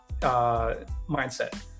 mindset